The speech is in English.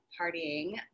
partying